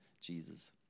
Jesus